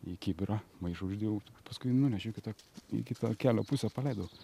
į kibirą maišą uždėjau paskui nunešiau iki to į kitą kelio pusę paleidau